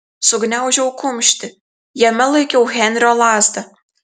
sugniaužiau kumštį jame laikiau henrio lazdą